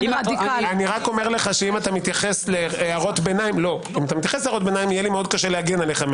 אם אתה מתייחס להערות ביניים יהיה לי קשה להגן עליך.